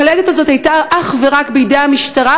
הלוא הקלטת הזאת הייתה אך ורק בידי המשטרה